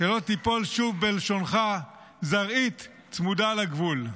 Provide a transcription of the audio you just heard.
שלא תיפול שוב בלשונך, זרעית צמודה לגבול.